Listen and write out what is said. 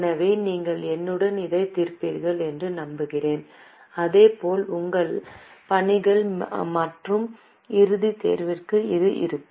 எனவே நீங்கள் என்னுடன் இதைத் தீர்ப்பீர்கள் என்று நம்புகிறேன் அதேபோல் உங்கள் பணிகள் மற்றும் இறுதித் தேர்விற்கும் இது இருக்கும்